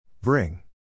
Bring